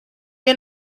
que